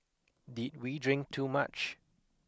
did we drink too much